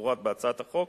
כמפורט בהצעת החוק,